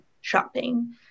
shopping